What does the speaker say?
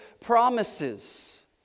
promises